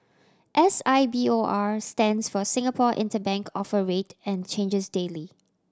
S I B O R stands for Singapore Interbank Offer Rate and changes daily